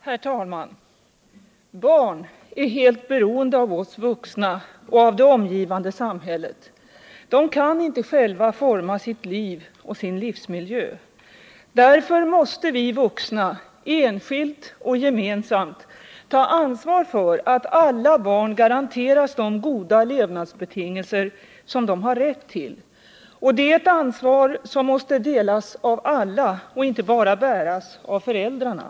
Herr talman! Barn är helt beroende av oss vuxna och av det omgivande samhället. De kan inte själva forma sitt liv och sin livsmiljö. Därför måste vi vuxna, enskilt och gemensamt, ta ansvar för att alla barn garanteras de goda levnadsbetingelser som de har rätt till. Och det är ett ansvar som måste delas av alla och inte bara bäras av föräldrarna.